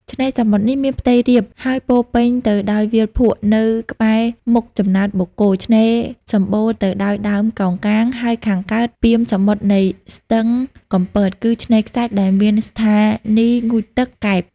ឆ្នេរតំបន់នេះ មានផ្ទៃរាបហើយពោរពេញទៅដោយវាលភក់ នៅក្បែរមុខចំណោតបូកគោ ឆ្នេរសំបូរទៅដោយដើមកោងកាង ហើយខាងកើតពាមសមុទ្រនៃស្ទឹងកំពត គឺឆ្នេរខ្សាច់ដែលមានស្ថានីយងូតទឹក កែប។